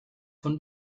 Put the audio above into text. von